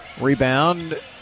Rebound